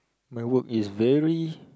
my work is very